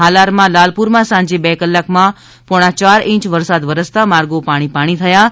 હાલારમાં લાલપુરમાં સાજે બે કલાકમાં પોણા ચાર ઇંચ વરસાદ વરસતા માર્ગો પાણી પાણી થયા હતા